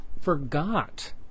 forgot